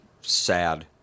sad